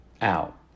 out